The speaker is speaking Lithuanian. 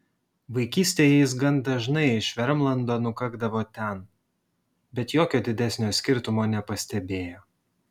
vaikystėje jis gan dažnai iš vermlando nukakdavo ten bet jokio didesnio skirtumo nepastebėjo